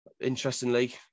interestingly